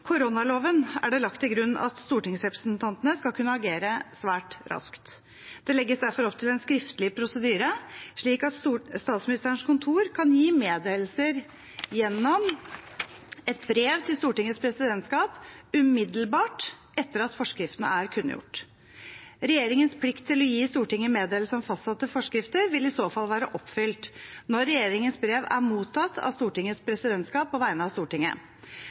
koronaloven er det lagt til grunn at stortingsrepresentantene skal kunne agere svært raskt. Det legges derfor opp til en skriftlig prosedyre, slik at Statsministerens kontor kan gi meddelelser gjennom et brev til Stortingets presidentskap umiddelbart etter at forskriften er kunngjort. Regjeringens plikt til å gi Stortinget meddelelse om fastsatte forskrifter vil i så fall være oppfylt når regjeringens brev er mottatt av Stortingets presidentskap på vegne av Stortinget.